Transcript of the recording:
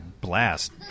blast